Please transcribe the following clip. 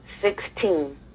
sixteen